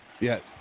Yes